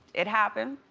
it happened.